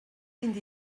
vint